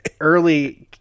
early